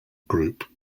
group